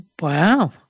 Wow